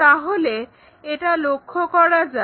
তাহলে এটা লক্ষ্য করা যাক